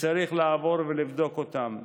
וצריך לעבור ולבדוק אותם.